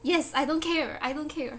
yes I don't care I don't care